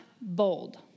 bold